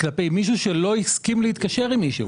כלפי מישהו שלא הסכים להתקשר עם מישהו.